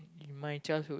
in my childhood